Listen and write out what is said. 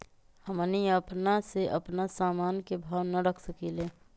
हमनी अपना से अपना सामन के भाव न रख सकींले?